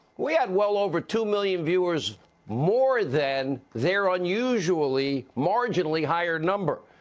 we had well over two million viewers more than there are unusually marginally higher number.